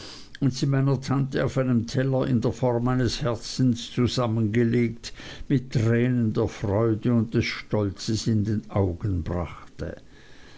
und sie meiner tante auf einem teller in der form eines herzens zusammengelegt mit tränen der freude und des stolzes in den augen brachte